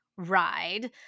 ride